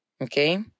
Okay